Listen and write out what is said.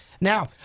now